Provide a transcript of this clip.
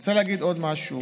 אני רוצה להגיד עוד משהו,